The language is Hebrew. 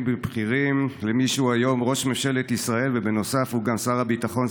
ובכירים למי שהוא היום ראש ממשלת ישראל ובנוסף הוא גם שר הביטחון,